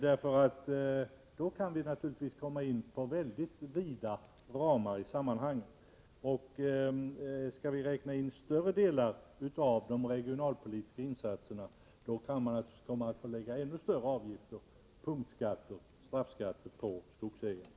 En sådan formulering gör det naturligtvis möjligt att i sammanhanget tillämpa mycket vida ramar. Skall vi räkna in större delar av de regionalpolitiska insatserna kan vi naturligtvis komma att få lägga ännu större avgifter — punktskatter och straffskatter — på skogsägarna.